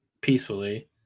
peacefully